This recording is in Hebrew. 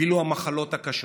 הפילו המחלות הקשות.